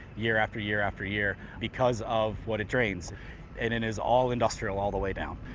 year after year after year, because of what it drains and it is all industrial all the way down.